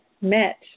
met